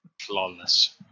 Flawless